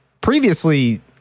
previously